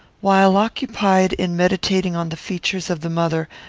while occupied in meditating on the features of the mother,